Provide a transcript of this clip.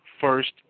first